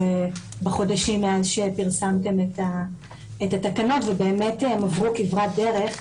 בחודשים מאז שפרסמתם את התקנות והן באמת עברו כברת דרך.